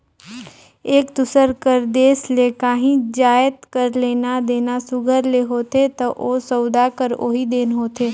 एक दूसर कर देस ले काहीं जाएत कर लेना देना सुग्घर ले होथे ता ओ सउदा हर ओही दिन होथे